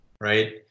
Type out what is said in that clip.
Right